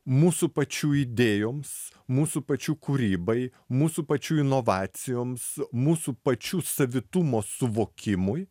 mūsų pačių idėjoms mūsų pačių kūrybai mūsų pačių inovacijoms mūsų pačių savitumo suvokimui